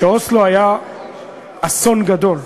שאוסלו היה אסון גדול.